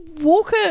Walker